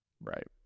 Right